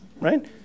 right